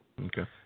Okay